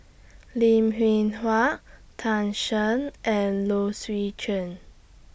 Lim Hwee Hua Tan Shen and Low Swee Chen